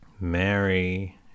Mary